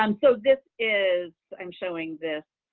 um so this is i'm showing this